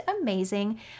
amazing